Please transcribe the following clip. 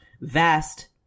vast